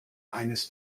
eines